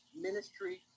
ministry